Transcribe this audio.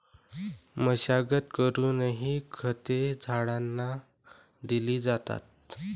मशागत करूनही खते झाडांना दिली जातात